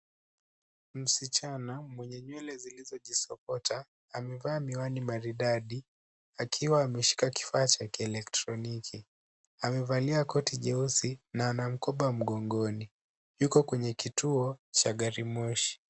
Msichana mwenye nywele zilizojisokota amevaa miwani maridadi akiwa ameshika kifaa cha kielektroniki. Amevalia koti cheusi na ana mkoba mgongoni. Yuko kwenye kituo cha garimoshi.